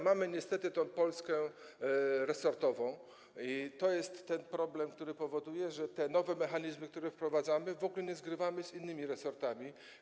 Mamy niestety Polskę resortową i to jest ten problem, który powoduje, że nowych mechanizmów, które wprowadzamy, w ogóle nie zgrywamy z innymi resortami.